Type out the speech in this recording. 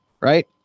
right